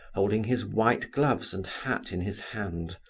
holding his white gloves and hat in his hand,